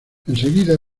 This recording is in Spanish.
enseguida